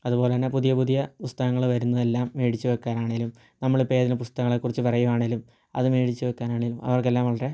അതുപോലെ തന്നെ പുതിയ പുതിയ പുസ്തകങ്ങൾ വരുന്നതെല്ലാം മേടിച്ച് വെക്കാനാണേലും നമ്മളിപ്പം എതേലും പുസ്തകങ്ങളെ കുറിച്ച് പറയു ആണേലും അത് മേടിച്ച് വെക്കാനാണേലും അവർക്കെല്ലാം വളരെ